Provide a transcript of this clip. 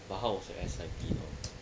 but how was your S_I_P